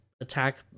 attack